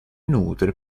nutre